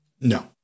No